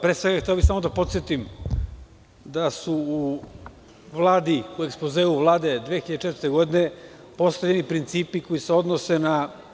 Pre svega hteo bih samo da podsetim da su u ekspozeu Vlade 2004. godine postojali principi koji se odnose na